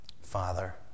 Father